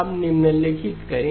अब निम्नलिखित करें